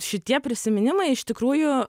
šitie prisiminimai iš tikrųjų